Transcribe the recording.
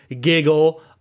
giggle